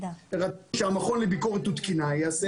רצינו שהמכון לביקורת ותקינה יעשה